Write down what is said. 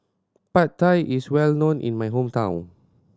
Pad Thai is well known in my hometown